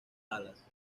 alas